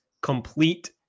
complete